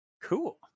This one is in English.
Cool